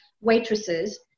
waitresses